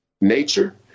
nature